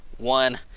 one,